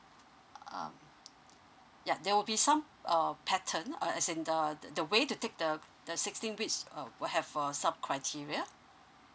uh yeah there will be some uh pattern uh as in the the the way to take the the sixteen week uh we'll have some criteria